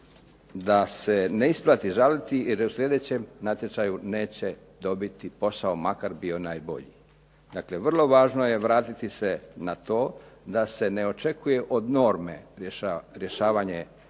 da se ne isplati žaliti, jer je u sljedećem natječaju neće dobiti posao makar bio najbolji. Dakle, vrlo je važno vratiti se na to da se ne očekuje od norme rješavanje